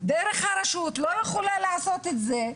דרך הרשות, לא יכולה לעשות את זה,